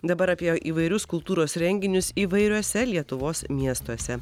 dabar apie įvairius kultūros renginius įvairiuose lietuvos miestuose